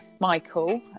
michael